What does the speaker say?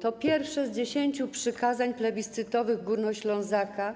To pierwsze z 10 przykazań plebiscytowych Górnoślązaka